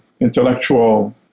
intellectual